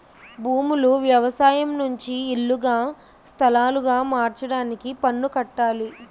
భూములు వ్యవసాయం నుంచి ఇల్లుగా స్థలాలుగా మార్చడానికి పన్ను కట్టాలి